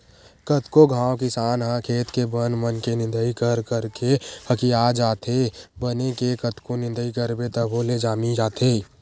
कतको घांव किसान ह खेत के बन मन के निंदई कर करके हकिया जाथे, बन के कतको निंदई करबे तभो ले जामी जाथे